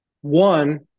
One